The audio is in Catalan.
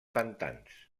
pantans